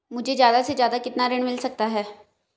मुझे ज्यादा से ज्यादा कितना ऋण मिल सकता है?